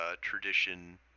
tradition